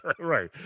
right